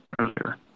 earlier